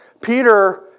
Peter